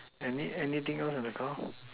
any anything else at the car